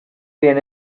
bien